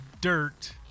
dirt